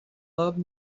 love